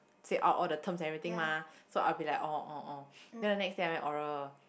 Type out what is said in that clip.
say out all the terms and everything mah so I will be like oh oh oh then the next day I went oral